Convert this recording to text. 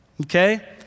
okay